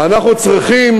אנחנו צריכים